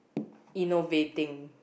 innovating